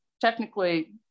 technically